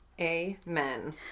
Amen